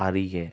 அறிய